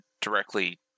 directly